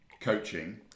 coaching